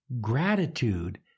gratitude